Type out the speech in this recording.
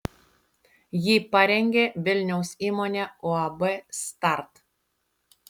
jį parengė vilniaus įmonė uab start